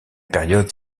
période